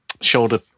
shoulder